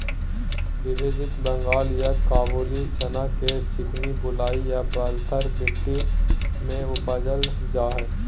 विभाजित बंगाल या काबूली चना के चिकनी बलुई या बलथर मट्टी में उपजाल जाय हइ